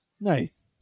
Nice